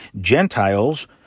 Gentiles